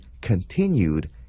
continued